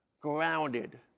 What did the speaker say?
grounded